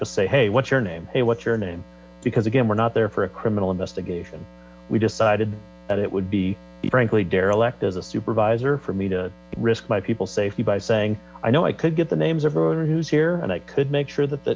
just say hey what's your name hey what's your name because again we're not there for a criminal investigation we decided that it would be frankly derelict as a supervisor for me to risk my people's safety by saying i know i could get the names of anyone who's here and i could make sure that